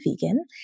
vegan